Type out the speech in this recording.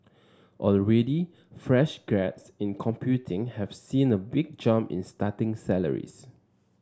already fresh grads in computing have seen a big jump in starting salaries